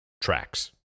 tracks